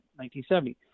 1970